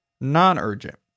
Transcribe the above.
non-urgent